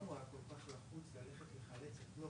היינו יותר מ-30 אלף עולים.